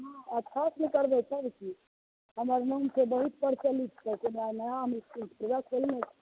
हॅं अच्छा सँ ने करबै सभचीज हमर मोन छै बहुत तसल्लीसँ करै छियै हमरा नया